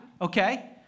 Okay